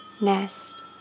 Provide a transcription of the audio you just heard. nest